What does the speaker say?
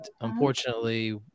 unfortunately